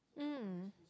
mm